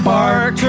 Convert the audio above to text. Park